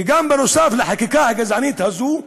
ובנוסף לחקיקה הגזענית הזאת,